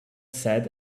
said